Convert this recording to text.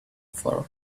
for